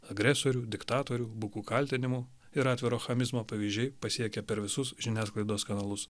agresorių diktatorių bukų kaltinimų ir atviro chamizmo pavyzdžiai pasiekia per visus žiniasklaidos kanalus